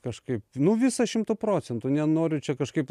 kažkaip nu visa šimtu procentų nenoriu čia kažkaip